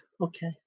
Okay